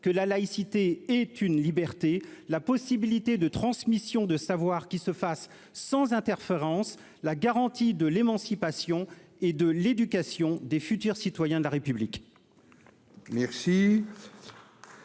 que la laïcité est une liberté la possibilité de transmission de savoir qu'il se fasse sans interférence, la garantie de l'émancipation et de l'éducation des futurs citoyens de la République.